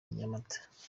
nyamata